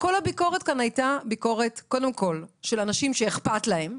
כל הביקורת כאן הייתה ביקורת של אנשים שאכפת להם,